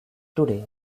today